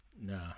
No